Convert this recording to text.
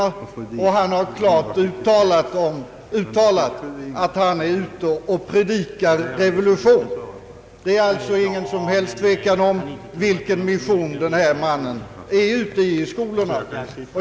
I det uttalandet säger han klart ifrån att han är ute och »predikar revolution». Det är alltså ingen som helst tvekan om i vilken mission denne man besöker skolorna.